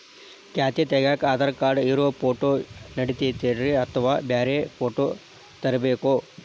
ಖಾತೆ ತಗ್ಯಾಕ್ ಆಧಾರ್ ಕಾರ್ಡ್ ಇರೋ ಫೋಟೋ ನಡಿತೈತ್ರಿ ಅಥವಾ ಬ್ಯಾರೆ ಫೋಟೋ ತರಬೇಕೋ?